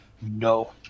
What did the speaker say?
No